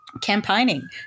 campaigning